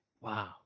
Wow